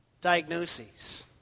diagnoses